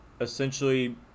essentially